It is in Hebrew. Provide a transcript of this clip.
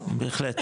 בהחלט.